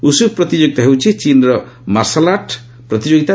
ଉଷୁ ପ୍ରତିଯୋଗୀତା ହେଉଛି ଚୀନ୍ର ମାର୍ସାଲାର୍ଟ୍ ପ୍ରତିଯୋଗିତା